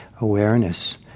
awareness